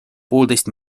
poolteist